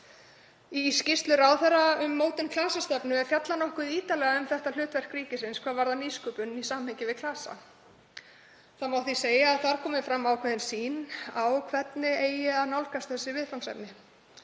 Í skýrslu ráðherra um mótun klasastefnu er fjallað nokkuð ítarlega um hlutverk ríkisins hvað varðar nýsköpun í samhengi við klasa. Það má því segja að þar komi fram ákveðin sýn um hvernig eigi að nálgast þessi viðfangsefni.